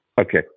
Okay